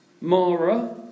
mara